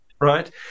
right